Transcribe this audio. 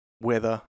Weather